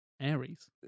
Aries